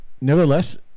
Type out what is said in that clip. nevertheless